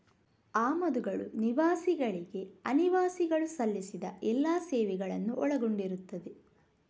ಆಮದುಗಳು ನಿವಾಸಿಗಳಿಗೆ ಅನಿವಾಸಿಗಳು ಸಲ್ಲಿಸಿದ ಎಲ್ಲಾ ಸೇವೆಗಳನ್ನು ಒಳಗೊಂಡಿರುತ್ತವೆ